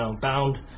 bound